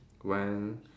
went